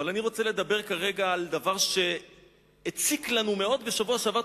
אני רוצה לדבר כרגע על דבר שהציק לנו מאוד בשבוע שעבר,